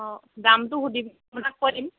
অ দামটো সুধি আপোনাক কৈ দিম